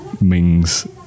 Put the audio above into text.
Mings